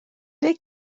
ble